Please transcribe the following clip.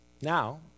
Now